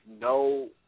no